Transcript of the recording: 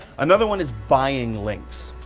another one is buying links.